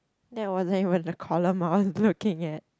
that wasn't even the column I was looking at